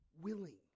willing